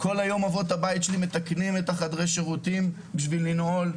כל היום אבות הבית שלי מתקנים את חדרי השירותים כדי שניתן יהיה לנעול.